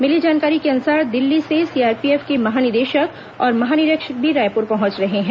मिली जानकारी के अनुसार दिल्ली से सीआरपीएफ के महानिदेशक और महानिरीक्षक भी रायपुर पहुंच रहे हैं